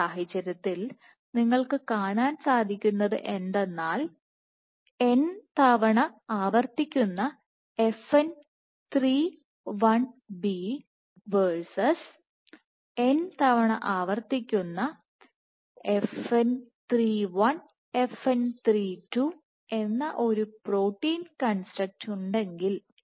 ഈ സാഹചര്യത്തിൽ നിങ്ങൾക്ക് കാണാൻ സാധിക്കുന്നത് എന്തെന്നാൽ1 Bn വേഴ്സസ് 1 2n എന്ന ഒരു പ്രോട്ടീൻ കൺസ്ട്രക്റ്റ് ഉണ്ടെങ്കിൽ